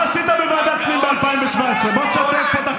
הודיני.